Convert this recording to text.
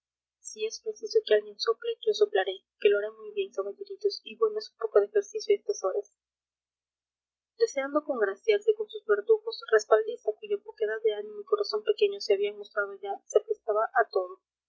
si es preciso que alguien sople yo soplaré que lo haré muy bien caballeritos y bueno es un poco de ejercicio a estas horas deseando congraciarse con sus verdugos respaldiza cuya poquedad de ánimo y corazón pequeño se habían mostrado ya se prestaba a todo